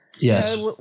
Yes